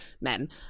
men